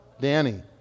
Danny